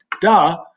Duh